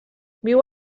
viu